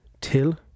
Till